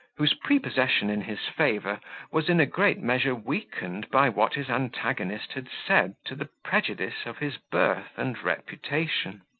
whose prepossession in his favour was in a great measure weakened by what his antagonist had said to the prejudice of his birth and reputation.